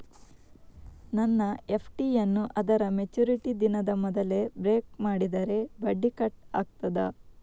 ನನ್ನ ಎಫ್.ಡಿ ಯನ್ನೂ ಅದರ ಮೆಚುರಿಟಿ ದಿನದ ಮೊದಲೇ ಬ್ರೇಕ್ ಮಾಡಿದರೆ ಬಡ್ಡಿ ಕಟ್ ಆಗ್ತದಾ?